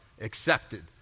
accepted